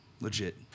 legit